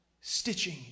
stitching